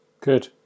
good